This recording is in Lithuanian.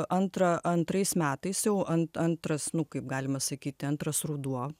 antrą antrais metais jau ant antras nu kaip galima sakyti antras ruduo